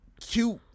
cute